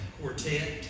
quartet